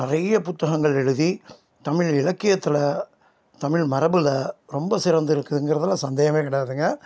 நிறைய புத்தகங்கள் எழுதி தமிழ் இலக்கியத்தில் தமிழ் மரபில் ரொம்ப சிறந்துருக்குங்கிறதுல சந்தேகமே கிடையாதுங்க